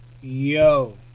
Yo